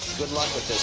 good luck with